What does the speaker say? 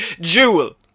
jewel